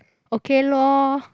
okay lor